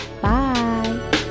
Bye